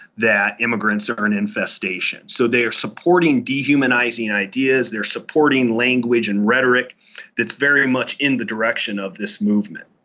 that immigrants are an infestation. so they're supporting dehumanising ideas, they're supporting language and rhetoric that's very much in the direction of this movement.